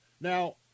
Now